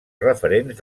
referents